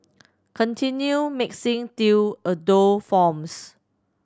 continue mixing till a dough forms